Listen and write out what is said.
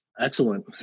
excellent